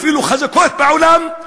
אפילו חזקות בעולם,